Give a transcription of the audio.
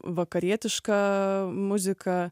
vakarietišką muziką